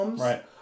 right